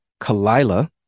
Kalila